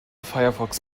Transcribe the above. firefox